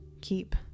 keep